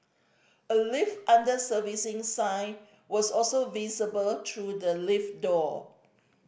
a lift under servicing sign was also visible through the lift door